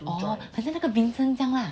oh 很像那个 vincent 这样 lah